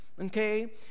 okay